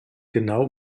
genau